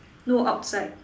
no outside